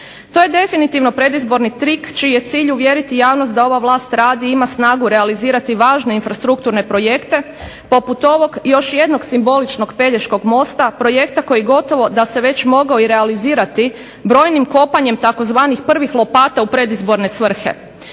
To je definitivno predizborni trik čiji je cilj uvjeriti javnost da ova vlast radi i ima snagu realizirati važe infrastrukturne projekte poput ovog još jednog simboličnog Pelješkog mosta, projekta koji gotovo da se već mogao i realizirati brojim kopanjem tzv. prvih lopata u predizborne svrhe.